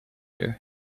year